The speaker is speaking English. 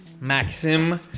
Maxim